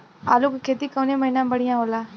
आलू क खेती कवने महीना में बढ़ियां होला?